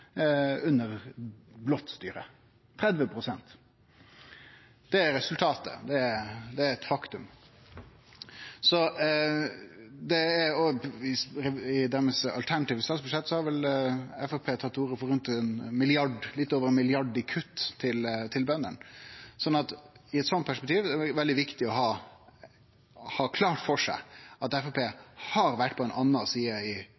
under blått styre – 30 pst. Det er resultatet, det er eit faktum. I sitt alternative statsbudsjett har vel Framstegspartiet tatt til orde for litt over 1 mrd. kr i kutt til bøndene. Så i eit slikt perspektiv er det viktig å ha klart for seg at Framstegspartiet har vore på ei anna side i